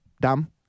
dumb